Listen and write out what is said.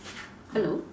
hello